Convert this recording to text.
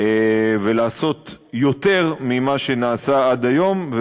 ולעשות יותר ממה שנעשה עד היום.